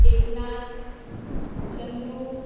Eknath Chandru